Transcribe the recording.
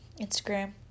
Instagram